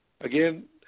again